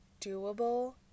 doable